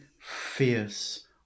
fierce